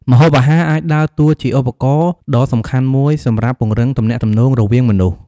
ម្ហូបអាហារអាចដើរតួជាឧបករណ៍ដ៏សំខាន់មួយសម្រាប់ពង្រឹងទំនាក់ទំនងរវាងមនុស្ស។